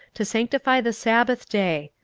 to sanctify the sabbath day.